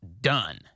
done